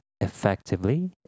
effectively